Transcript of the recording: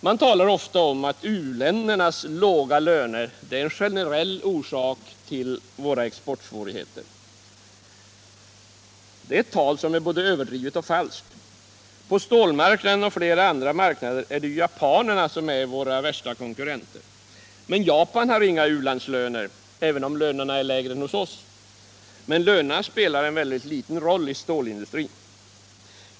Man talar ofta om att u-ländernas låga löner är en generell orsak till våra exportsvårigheter. Detta tal är både överdrivet och falskt. På stål marknaden och flera andra marknader är det ju japanerna som är våra värsta konkurrenter. Men Japan har inga u-landslöner, även om lönerna där är lägre än hos oss. Lönerna spelar emellertid en liten roll i stålindustrin.